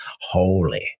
holy